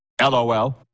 LOL